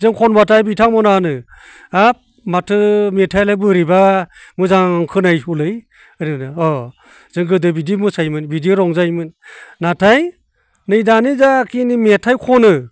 जों खनबाथाय बिथां मोनहा होनो हाब माथो मेथाइयालाय बोरैबा मोजां खोनायोलै ओरै होनो अ जों गोदो बिदि मोसायोमोन बिदि रंजायोमोन नाथाय नै दानि जाखिनि मेथाइ खनो